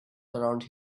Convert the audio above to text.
around